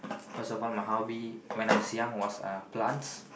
first of all my hobby when I was young was uh plants